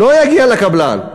לא יגיע לקבלן.